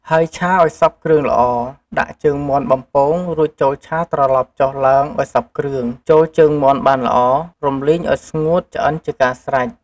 ហើយឆាឱ្យសព្វគ្រឿងល្អ ដាក់ជើងមាន់បំពងរួចចូលឆាត្រឡប់ចុះឡើងឱ្យសព្វគ្រឿង ចូលជើងមាន់បានល្អ រំលីងឱ្យស្ងួតឆ្អិនជាការស្រេច។